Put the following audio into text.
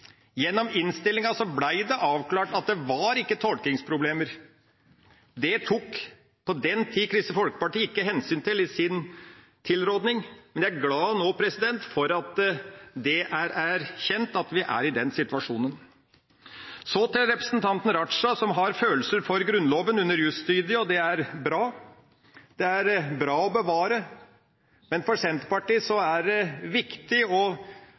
Gjennom innstillinga ble det avklart at det ikke var tolkningsproblemer. Det tok Kristelig Folkeparti på den tida ikke hensyn til i sin tilrådning, men jeg er nå glad for at det er erkjent at vi er i den situasjonen. Så til representanten Raja som hadde følelser for Grunnloven under jusstudiet, og det er bra. Det er bra å bevare, men for Senterpartiet er det viktig å